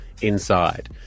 inside